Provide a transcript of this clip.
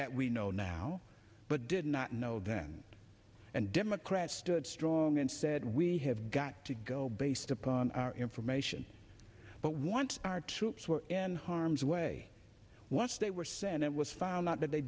that we know now but did not know then and democrats stood strong and said we have got to go based upon our information but once our troops were in harm's way once they were sent it was found out that they